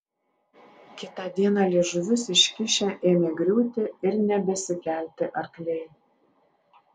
kitą dieną liežuvius iškišę ėmė griūti ir nebesikelti arkliai